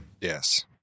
Yes